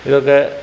ഇതൊക്കെ